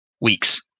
weeks